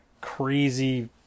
crazy